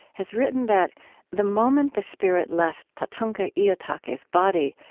has written that the moment the spirit left tatanka iyotake's body,